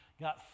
got